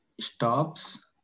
stops